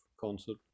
concert